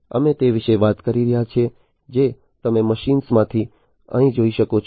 અમે તે વિશે વાત કરી રહ્યા છીએ જે તમે મશીનોમાંથી અહીં જોઈ શકો છો